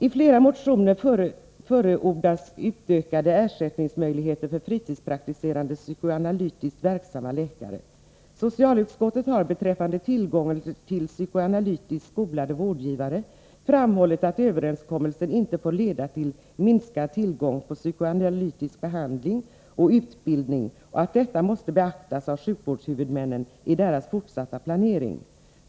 I flera motioner förordas utökade ersättningsmöjligheter för fritidspraktiserande psykoanalytiskt verksamma läkare. Socialutskottet har beträffande tillgången på psykoanalytiskt skolade vårdgivare framhållit att överenskommelsen inte får leda till minskad tillgång på psykoanalytisk behandling och utbildning och att detta måste beaktas av sjukvårdshuvudmännen i deras fortsatta planering.